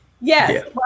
yes